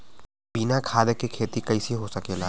बिना खाद के खेती कइसे हो सकेला?